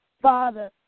Father